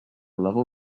level